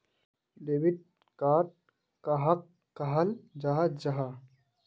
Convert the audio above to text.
Debit card कहाक कहाल जाहा जाहा?